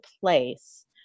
place